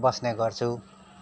बस्ने गर्छु